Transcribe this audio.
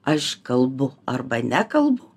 aš kalbu arba nekalbu